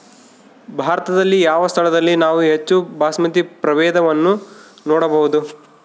ಭಾರತದಲ್ಲಿ ಯಾವ ಸ್ಥಳದಲ್ಲಿ ನಾವು ಹೆಚ್ಚು ಬಾಸ್ಮತಿ ಪ್ರಭೇದವನ್ನು ನೋಡಬಹುದು?